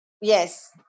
Yes